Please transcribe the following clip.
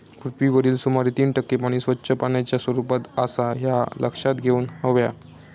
पृथ्वीवरील सुमारे तीन टक्के पाणी स्वच्छ पाण्याच्या स्वरूपात आसा ह्या लक्षात घेऊन हव्या